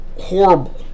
horrible